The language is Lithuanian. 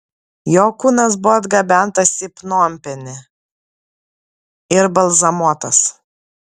jo kūnas buvo atgabentas į pnompenį ir balzamuotas